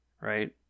right